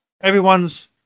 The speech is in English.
Everyone's